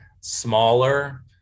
smaller